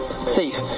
Thief